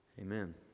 Amen